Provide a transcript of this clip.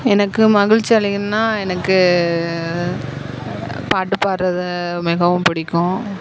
எனக்கு மகிழ்ச்சி அலைகள்னால் எனக்கு பாட்டுப் பாடுறது மிகவும் பிடிக்கும்